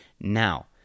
now